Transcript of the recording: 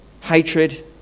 hatred